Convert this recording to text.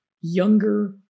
Younger